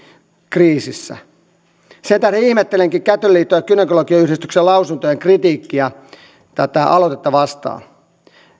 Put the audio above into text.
kriisissä sen tähden ihmettelenkin kätilöliiton ja gynekologiyhdistyksen lausuntoa ja kritiikkiä tätä aloitetta vastaan